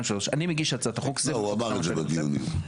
הוא אמר את זה בדיונים.